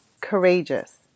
courageous